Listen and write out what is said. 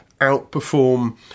outperform